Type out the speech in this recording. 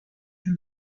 شون